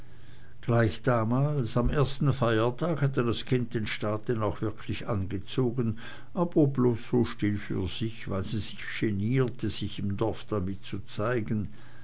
gleich damals am ersten feiertag hatte das kind den staat denn auch wirklich angezogen aber bloß so still für sich weil sie sich genierte sich im dorfe damit zu zeigen